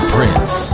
Prince